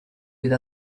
with